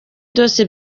byose